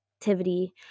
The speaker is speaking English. activity